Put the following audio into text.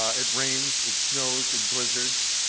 ah it rains. it snows. it blizzards.